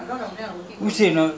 lockdown no more already ah